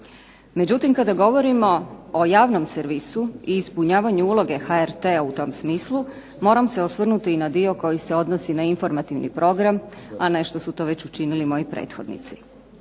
Međutim, kada govorimo o javnom servisu i ispunjavanju uloge HRT-a u tom smislu moram se osvrnuti i na dio koji se odnosi na informativni program, a nešto su to već učinili moji prethodnici.